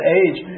age